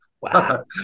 Wow